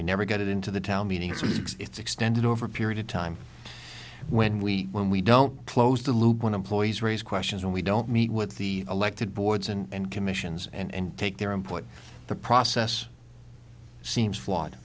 we never got into the town meeting it's extended over a period of time when we when we don't close the loop when employees raise questions and we don't meet with the elected boards and commissions and take their input the process seems flawed